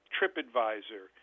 Tripadvisor